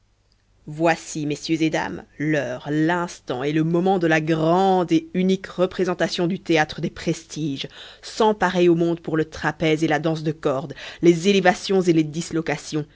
voici messieurs et dames l'heure l'instant et le moment de la grrrande et unique représentation du théâtre des prestiges sans pareil au monde pour le trapèze et la danse de corde les élévations et les dislocations